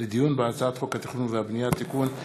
לדיון בהצעת חוק התכנון והבנייה (תיקון,